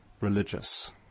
religious